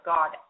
God